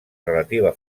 relativa